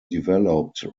developed